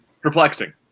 Perplexing